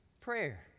prayer